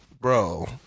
bro